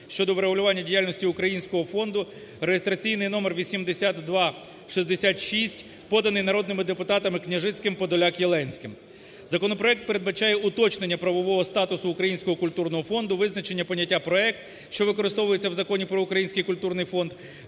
щодо врегулювання діяльності Українського фонду (реєстраційний номер 8266), поданий народними депутатами Княжицьким, Подоляк, Єленським. Законопроект передбачає уточнення правового статусу Українського культурного фонду, визначення поняття "проект", що використовується в Законі про Український культурний фонд,